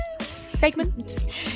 segment